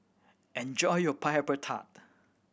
enjoy your Pineapple Tart